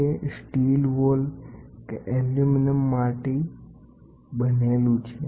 તે steel wall કે aluminium માટે બનેલું છે